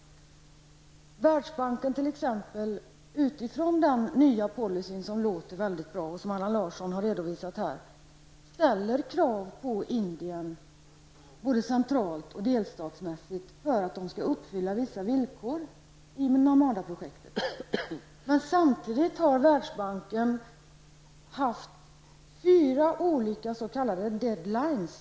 Världsbanken ställer utifrån denna nya policy, som låter mycket bra och som Allan Larsson har redovisat, krav på att Indien både centralt och delstatsmässigt skall uppfylla vissa villkor i Narmada-projektet. Samtidigt har Världsbanken haft fyra olika s.k. dead-lines.